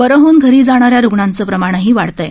बरे होऊन घरी जाणाऱ्या रुग्णांचं प्रमाणही वाढत आहे